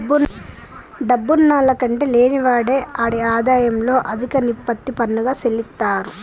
డబ్బున్నాల్ల కంటే లేనివాడే ఆడి ఆదాయంలో అదిక నిష్పత్తి పన్నుగా సెల్లిత్తారు